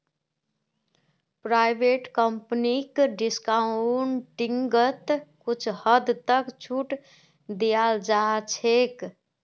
private कम्पनीक डिस्काउंटिंगत कुछ हद तक छूट दीयाल जा छेक